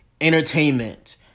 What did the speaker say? entertainment